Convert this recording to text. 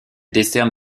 décerne